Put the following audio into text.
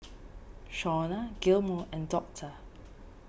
Shauna Gilmore and doctor